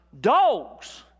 Dogs